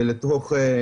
תודה